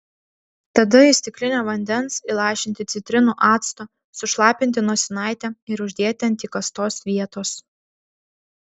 tada į stiklinę vandens įlašinti citrinų acto sušlapinti nosinaitę ir uždėti ant įkastos vietos